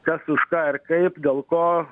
kas už ką ir kaip dėl ko